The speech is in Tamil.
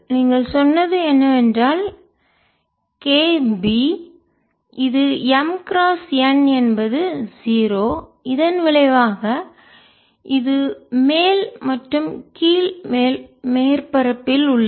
நீங்கள் சொன்னது என்னவென்றால் Kb இது M கிராஸ் n என்பது 0 இதன் விளைவாக இது மேல் மற்றும் கீழ் மேற்பரப்பில் உள்ளது